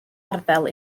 arddel